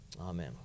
Amen